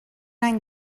any